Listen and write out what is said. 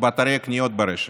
באתרי קניות ברשת.